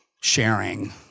sharing